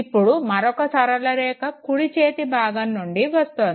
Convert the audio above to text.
ఇప్పుడు మరొక సరళ రేఖ కుడి చేతి భాగం నుండి వస్తుంది